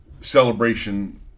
celebration